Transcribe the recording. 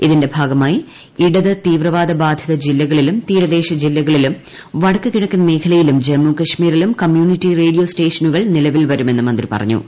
ഇതിന്റെ ഭാഗമായി ഇടതു ത്രീപ്പ്പാദ ബാധിത ജില്ലകളിലും തീരദേശ ജില്ലകളിലും വടക്കു കിഴക്കൻ ്മേഖലയിലും ജമ്മുകശ്മീരിലും കമ്മ്യൂണിറ്റി റേഡിയോ സ്റ്റേഷനുകൾ നീല്പിൽ വരുമെന്ന് മന്ത്രി പറഞ്ഞു